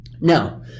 Now